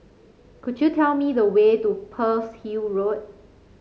could you tell me the way to Pearl's Hill Road